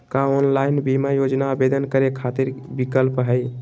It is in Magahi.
का ऑनलाइन बीमा योजना आवेदन करै खातिर विक्लप हई?